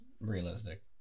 realistic